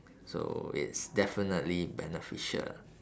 so it's definitely beneficial